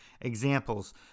examples